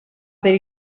per